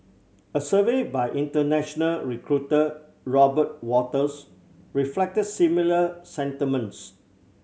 a survey by international recruiter Robert Walters reflected similar sentiments